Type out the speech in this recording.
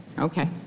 Okay